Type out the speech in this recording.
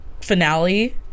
finale